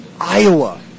Iowa